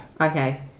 Okay